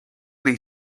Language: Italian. dei